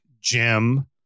Jim